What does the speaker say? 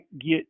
get